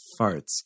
farts